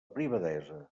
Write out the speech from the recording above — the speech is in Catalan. privadesa